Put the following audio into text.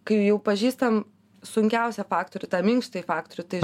kai jau pažįstam sunkiausią faktorių tą minkštąjį faktorių tai